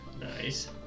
Nice